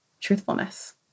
truthfulness